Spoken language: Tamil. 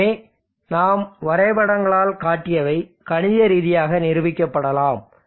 எனவே நாம் வரைபடங்களால் காட்டியவை கணித ரீதியாக நிரூபிக்கப்படலாம்